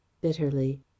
bitterly